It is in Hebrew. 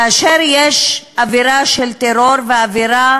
כאשר יש אווירה של טרור ואווירה